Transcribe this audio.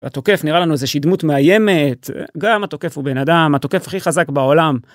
התוקף נראה לנו איזשהי דמות מאיימת, גם התוקף הוא בן אדם, התוקף הכי חזק בעולם...